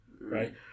Right